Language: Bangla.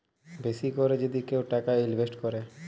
বেশি ক্যরে যদি কেউ টাকা ইলভেস্ট ক্যরে